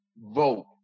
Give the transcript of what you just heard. vote